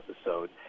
episode